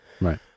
Right